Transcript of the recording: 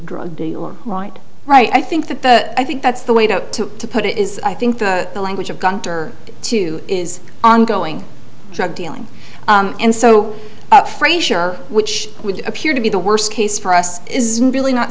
drug dealer right right i think that the i think that's the way to put it is i think the language of gunter two is ongoing drug dealing and so frazier which would appear to be the worst case for us is really not